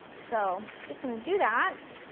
so, just going to do that,